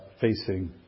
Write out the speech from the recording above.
facing